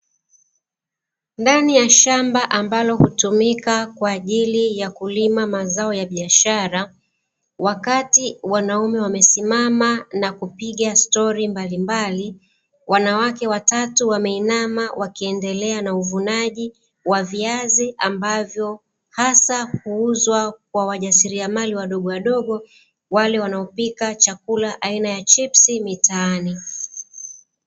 Ndani ya shamba ambalo hutumika kwa ajili ya kulima mazao ya biashara. Wakati wanaume wamesimama na kupiga stori mbalimbali, wanawake watatu wameinama wakiendelea na uvunaji wa viazi ambavyo hasa huuzwa kwa wajasiriamali wadogowadogo, wale wanaopika chakula aina ya chipsi mitaani.